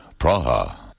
Praha